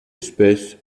espèce